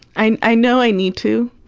i and i know i need to,